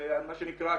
מה שנקרא,